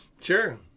Sure